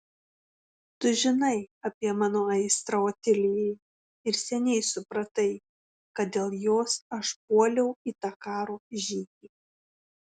tu žinai apie mano aistrą otilijai ir seniai supratai kad dėl jos aš puoliau į tą karo žygį